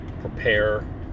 prepare